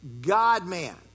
God-man